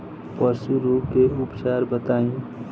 पशु रोग के उपचार बताई?